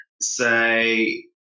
say